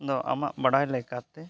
ᱫᱚ ᱟᱢᱟᱜ ᱵᱟᱰᱟᱭ ᱞᱮᱠᱟᱛᱮ